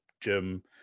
gym